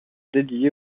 dédié